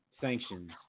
sanctions